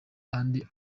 ari